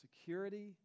security